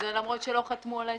ולמרות שלא חתמו על ההסכם.